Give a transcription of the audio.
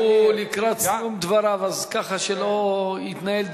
הוא לקראת סיום דבריו, ככה שלא יתנהל דו-שיח.